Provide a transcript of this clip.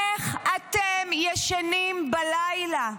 איך אתם ישנים בלילה?